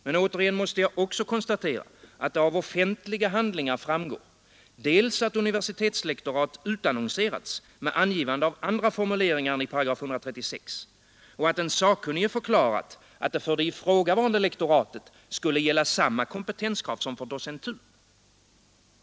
Men återigen måste jag också konstatera, att det av offentliga handlingar framgår att universitetslektorat utannonseras med angivande av andra formuleringar än i 136 § och att den sakkunnige förklarat att för det ifrågavarande lektoratet skulle gälla samma kompetenskrav som för docentur.